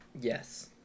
Yes